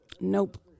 Nope